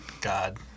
god